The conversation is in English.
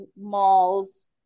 malls